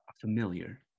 familiar